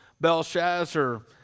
Belshazzar